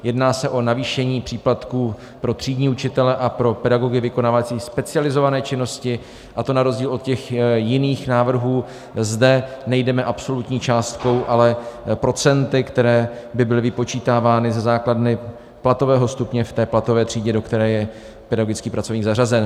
Jedná se o navýšení příplatků pro třídní učitele a pro pedagogy vykonávající specializované činnosti, a to na rozdíl od těch jiných návrhů zde nejdeme absolutní částkou, ale procenty, která by byla vypočítávána ze základny platového stupně v té platové třídě, do které je pedagogický pracovník zařazen.